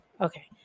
Okay